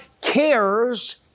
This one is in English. cares